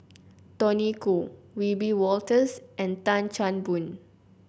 Tony Khoo Wiebe Wolters and Tan Chan Boon